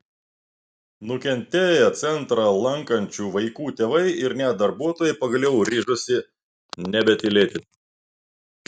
nukentėję centrą lankančių vaikų tėvai ir net darbuotojai pagaliau ryžosi nebetylėti